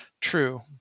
True